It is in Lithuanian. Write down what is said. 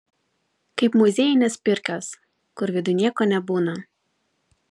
kaip muziejinės pirkios kur viduj nieko nebūna